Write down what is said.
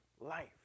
life